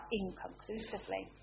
inconclusively